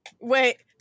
Wait